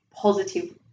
positive